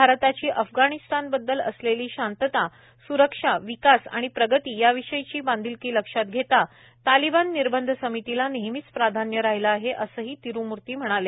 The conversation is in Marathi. भारताची अफगाणिस्तान बददल असलेली शांतता स्रक्षा विकास आणि प्रगती याविषयीची बांधिलकी लक्षात घेता तालिबान निर्बंध समितीला नेहमीच प्राधान्य राहिलं आहे असंही तिरुमूर्ती म्हणाले